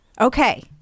okay